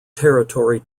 territory